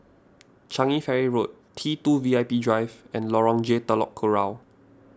Changi Ferry Road T two V I P Drive and Lorong J Telok Kurau